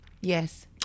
Yes